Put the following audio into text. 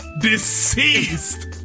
deceased